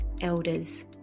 elders